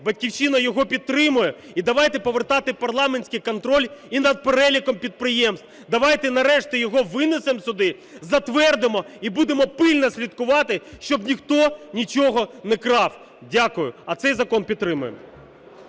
"Батьківщина" його підтримає. І давайте повертати парламентський контроль і над переліком підприємств. Давайте нарешті його винесемо сюди, затвердимо і будемо пильно слідкувати, щоб ніхто нічого не крав. Дякую. А цей закон підтримаю.